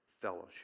fellowship